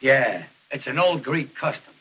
yeah it's an old greek custom